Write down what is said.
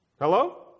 Hello